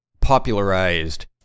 popularized